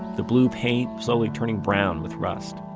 the blue paint slowly turning brown with rust